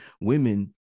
women